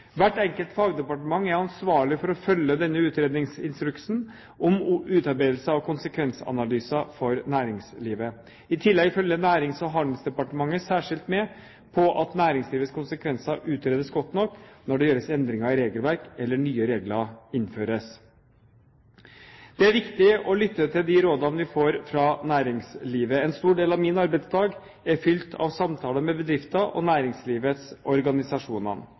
Hvert enkelt fagdepartement er ansvarlig for å følge denne utredningsinstruksen om utarbeidelse av konsekvensanalyser for næringslivet. I tillegg følger Nærings- og handelsdepartementet særskilt med på at næringslivets konsekvenser utredes godt nok når det gjøres endringer i regelverk eller nye regler innføres. Det er viktig å lytte til de rådene vi får fra næringslivet. En stor del av min arbeidsdag er fylt av samtaler med bedrifter og næringslivets